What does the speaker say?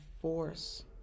force